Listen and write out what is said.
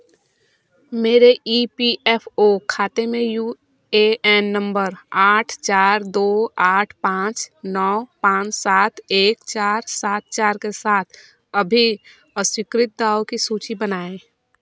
मेरे E P F O खाते से यू ए न नंबर आठ चार दो आठ पाँच नौ पाँच सात एक चार सात चार के साथ सभी अस्वीकृत दावों की सूची बनाएँ